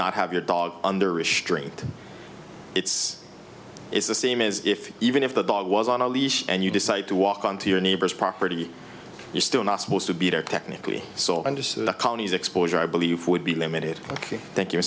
not have your dog under restraint it's is the same as if even if the dog was on a leash and you decide to walk on to your neighbor's property you're still not supposed to be there technically so under so the county's exposure i believe would be limited ok thank you